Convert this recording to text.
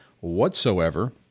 whatsoever